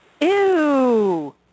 Ew